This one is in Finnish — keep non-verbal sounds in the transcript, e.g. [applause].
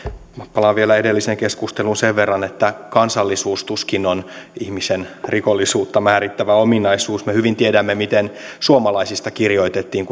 palaan vielä edelliseen keskusteluun sen verran että kansallisuus tuskin on ihmisen rikollisuutta määrittävä ominaisuus me hyvin tiedämme miten suomalaisista kirjoitettiin [unintelligible]